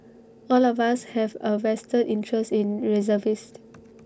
all of us have A vested interest in reservist